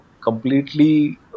completely